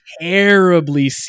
terribly